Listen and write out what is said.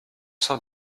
cent